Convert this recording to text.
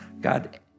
God